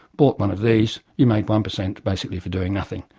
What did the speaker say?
bought one of these, you made one percent basically for doing nothing,